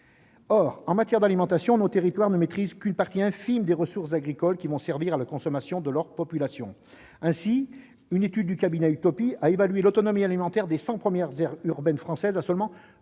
Or, en matière d'alimentation, nos territoires ne maîtrisent qu'une part infime des ressources agricoles qui serviront à la consommation de leurs populations. Une étude du cabinet Utopies a ainsi évalué le taux d'autonomie alimentaire des cent premières aires urbaines françaises à seulement